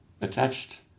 attached